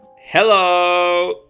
Hello